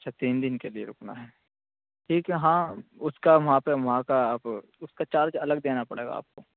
اچھا تین دن کے لیے رکنا ہیں ٹھیک ہے ہاں اس کا وہاں پہ وہاں کا آپ اس کا چارج الگ دینا پڑے گا آپ کو